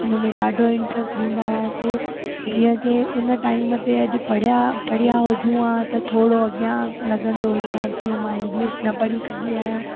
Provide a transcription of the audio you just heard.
उन में ॾाढो इंट्रस्ट ॾींदा हुआसीं जीअं कि उन टाइम ते अॼु पढ़िया पढ़िया हुजूं आ त थोरो अॻियां लॻंदो हुजे हा जीअं मां इंग्लिश न पढ़ी सघी आहियां